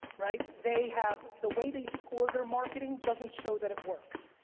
right. they have, the way they score their marketing doesn't show that it works,